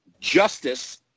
Justice